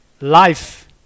life